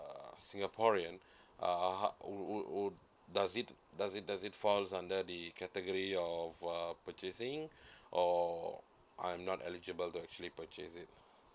singaporean uh would would does it does it does it falls under the category of uh purchasing or I'm not eligible to actually purchase it